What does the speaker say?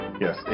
Yes